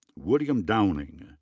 william downing.